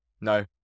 No